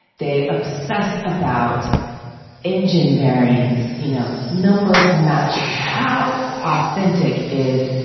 they obsess about engine variants. you know, numbers matching how authentic is.